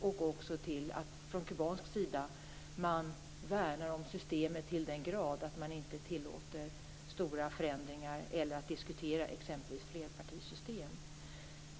Det resulterar i att man från kubansk sida värnar om systemet till den grad att man inte tillåter stora förändringar eller möjligheter att diskutera flerpartisystem.